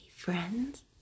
Friends